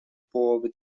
połowy